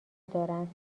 دارند